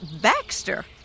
Baxter